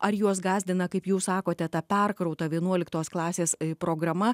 ar juos gąsdina kaip jūs sakote ta perkrauta vienuoliktos klasės programa